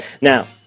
Now